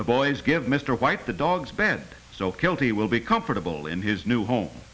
the boys give mr white the dog's bed so guilty will be comfortable in his new home